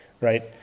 right